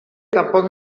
tampoc